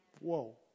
whoa